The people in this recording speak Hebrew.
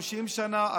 30 שנה,